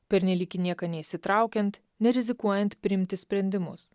pernelyg į nieką neįsitraukiant nerizikuojant priimti sprendimus